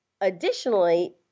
additionally